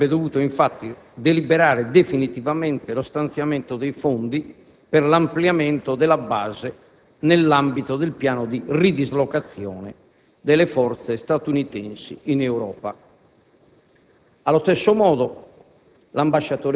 la Casa dei Rappresentanti avrebbe dovuto, infatti, deliberare definitivamente lo stanziamento dei fondi per l'ampliamento della base nell'ambito del piano di ridislocazione delle Forze statunitensi in Europa.